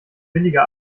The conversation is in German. billiger